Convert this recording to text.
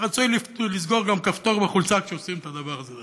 ורצוי גם לסגור כפתור בחולצה כשעושים את הדבר הזה,